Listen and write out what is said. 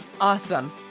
Awesome